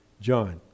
John